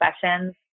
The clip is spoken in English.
sessions